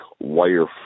wire